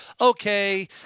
okay